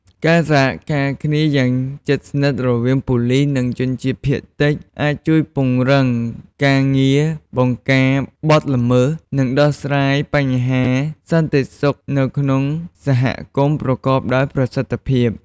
ការសហការគ្នាយ៉ាងជិតស្និទ្ធរវាងប៉ូលិស និងជនជាតិភាគតិច អាចជួយពង្រឹងការងារបង្ការបទល្មើស និងដោះស្រាយបញ្ហាសន្តិសុខនៅក្នុងសហគមន៍ប្រកបដោយប្រសិទ្ធភាព។